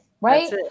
right